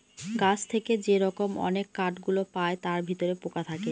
গাছ থেকে যে রকম অনেক কাঠ গুলো পায় তার ভিতরে পোকা থাকে